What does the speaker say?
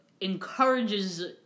encourages